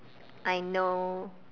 I know